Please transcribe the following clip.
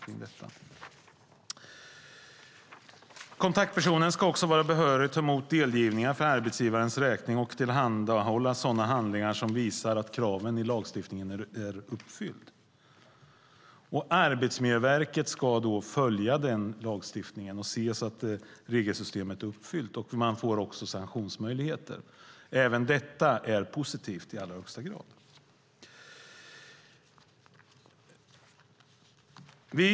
Kontaktpersonen ska också vara behörig att ta emot delgivningar för arbetsgivarens räkning och tillhandahålla sådana handlingar som visar att kraven i lagstiftningen är uppfyllda. Arbetsmiljöverket ska följa den lagstiftningen och se till att kraven i regelsystemet är uppfyllda, och man får också sanktionsmöjligheter. Även detta är i allra högsta grad positivt.